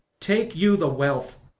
take you the wealth,